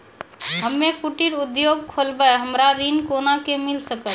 हम्मे कुटीर उद्योग खोलबै हमरा ऋण कोना के मिल सकत?